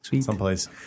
someplace